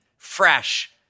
fresh